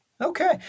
Okay